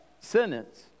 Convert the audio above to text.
sentence